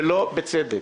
שלא בצדק.